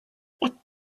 what